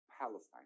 Palestine